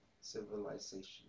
civilization